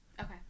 Okay